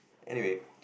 anyway